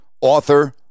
author